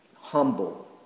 humble